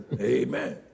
Amen